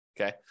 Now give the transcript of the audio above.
Okay